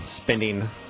spending